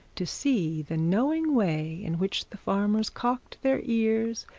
to see the knowing way in which the farmers cocked their ears,